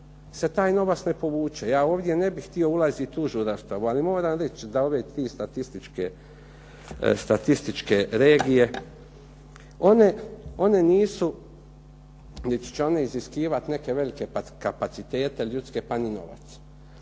se taj novac ne povuče. Ja ovdje ne bih htio ulaziti u užu raspravu, ali moram reći da ove 3 statističke regije one nisu niti će one iziskivati neke velike kapacitete ljudske pa ni novac.